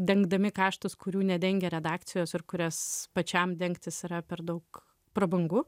dengdami kaštus kurių nedengia redakcijos ir kurias pačiam dengtis yra per daug prabangu